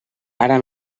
ara